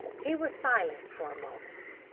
he was silent for a moment.